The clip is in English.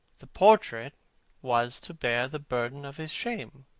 the portrait was to bear the burden of his shame